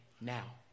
now